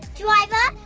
driver,